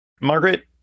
Margaret